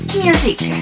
music